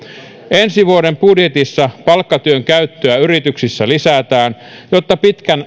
ensi vuoden budjetissa palkkatuen käyttöä yrityksissä lisätään jotta